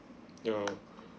ya